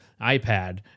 iPad